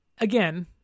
again